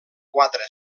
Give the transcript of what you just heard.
quatre